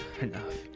enough